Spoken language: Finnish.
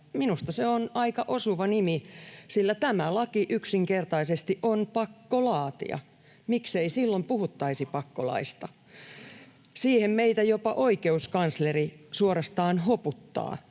minusta se on aika osuva nimi, sillä tämä laki yksinkertaisesti on pakko laatia. Miksei silloin puhuttaisi pakkolaista? Siihen meitä jopa oikeuskansleri suorastaan hoputtaa.